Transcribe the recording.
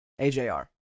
ajr